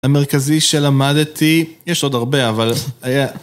המרכזי שלמדתי, יש עוד הרבה, אבל היה...